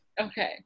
okay